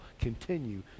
continue